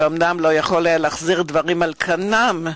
שאומנם לא יכול היה להחזיר דברים על כנם,